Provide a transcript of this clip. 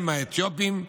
הם, האתיופים,